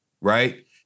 right